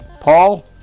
Paul